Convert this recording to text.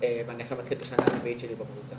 אני מתחיל את השנה הרביעית שלי בקבוצה.